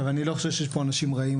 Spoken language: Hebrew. עכשיו, אני לא חושב שיש פה אנשים רעים.